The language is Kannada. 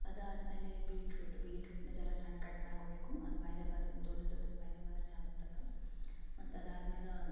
ಅದಾದ್ಮೇಲೆ ಬೀಟ್ರೋಟ್ ಬೀಟ್ರೋಟ್ನ ಝರ ಸಣ್ಣ ಕಟ್ಮಾಡ್ಕೋಬೇಕು ಅದು ಬಾಯಾಗೆ ಬಂದರೆ ದೊಡ್ದು ದೊಡ್ಡದು ಬಾಯಾಗೆ ಬಂದ್ರೆ ಚಂದ ಆಗ್ತದೆ ಮತ್ತು ಅದಾದ್ಮೇಲೆ